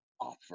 offer